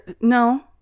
No